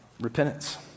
repentance